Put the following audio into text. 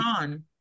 on